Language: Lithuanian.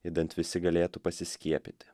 idant visi galėtų pasiskiepyti